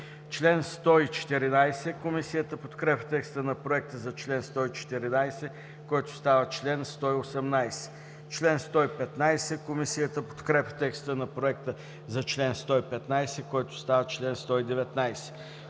чл. 134. Комисията подкрепя текста на Проекта за чл. 131, който става чл. 135. Комисията подкрепя текста на Проекта за чл. 132, който става чл. 136.